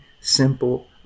simple